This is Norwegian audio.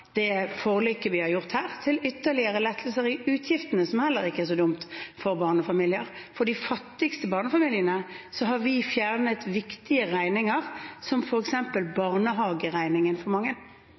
utgiftene, noe som heller ikke er så dumt for barnefamiliene. For de fattigste barnefamiliene har vi fjernet viktige regninger for mange, som